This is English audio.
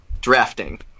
drafting